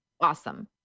Awesome